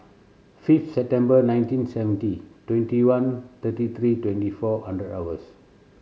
fifth September nineteen seventy twenty one thirty three twenty four hundred hours